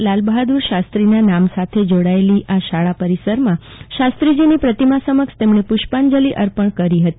લાલબહાદુર શાસ્ત્રીના નામ સાથે જોડાયેલી આ શાળા પરિસરમાં શાસ્ત્રીજીની પ્રતિમા સમક્ષ તેમણે પૂષ્પાંજલી અર્પણ કરી હતી